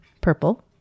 purple